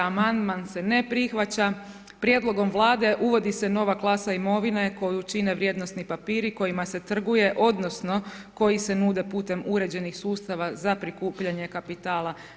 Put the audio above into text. Amandman se ne prihvaća, prijedlogom vlade uvodi se nova klasa imovine koju čine vrijednosni papiri kojima se trguje, odnosno, koji se nude putem uređenih sustava za prikupljanje kapitala.